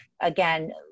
again